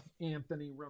Anthony